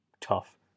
tough